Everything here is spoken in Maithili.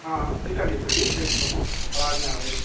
हँ की कहलियै सर जी फेरसँ कहू आवाज नहि आबैए